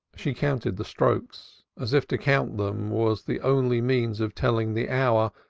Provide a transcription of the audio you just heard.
she counted the strokes, as if to count them was the only means of telling the hour,